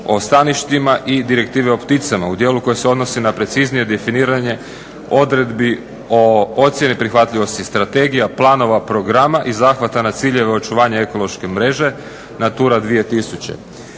o staništima i Direktive o pticama o djelu koji se odnosi na preciznije definiranje odredbe o ocijeni prihvatljivosti strategija, planova, programa i zahvata na ciljeve očuvanja ekološke mreže, NATURA 2000.